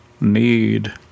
need